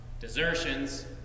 desertions